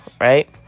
right